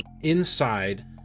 inside